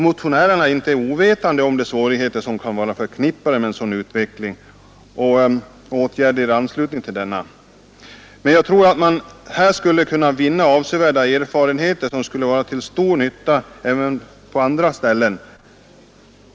Motionärerna är inte ovetande om de svårigheter som kan vara förknippade med en sådan utredning och åtgärder i anslutning till denna, men jag tror att man här skulle kunna vinna avsevärda erfarenheter, som skulle vara till stor nytta även på andra ställen.